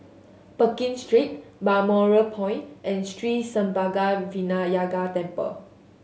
Pekin Street Balmoral Point and Sri Senpaga Vinayagar Temple